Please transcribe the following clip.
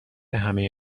همه